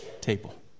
table